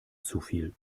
zufiel